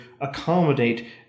accommodate